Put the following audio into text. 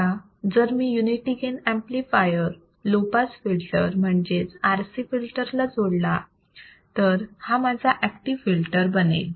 आता जर मी unity gain amplifier low pass filter म्हणजेच RC फिल्टर ला जोडला तर हा माझा ऍक्टिव्ह फिल्टर बनेल